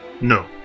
No